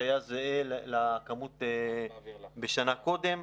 וזה היה זהה לכמות בשנה קודם.